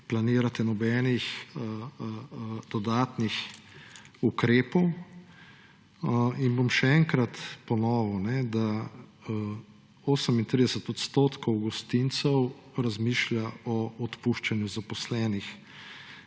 planirate nobenih dodatnih ukrepov. Še enkrat bom ponovil, da 38 % gostincev razmišlja o odpuščanju zaposlenih.